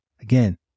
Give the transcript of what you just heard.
Again